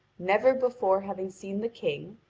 never before having seen the king,